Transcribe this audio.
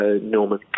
Norman